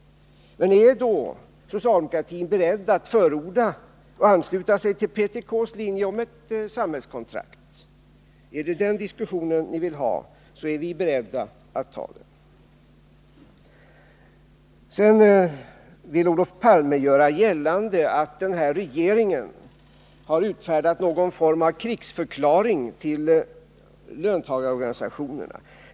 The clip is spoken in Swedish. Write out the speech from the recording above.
Men är då socialdemokratin beredd att förorda och ansluta sig till PTK:s linje om ett samhällskontrakt? Är det den diskussionen ni vill ha, är vi beredda att ta den. Sedan vill Olof Palme göra gällande att den sittande regeringen har utfärdat någon form av krigsförklaring till löntagarorganisationerna.